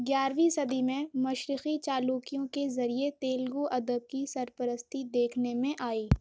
گیارہویں صدی میں مشرقی چالوکیوں کے ذریعے تیلگو ادب کی سرپرستی دیکھنے میں آئی